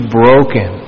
broken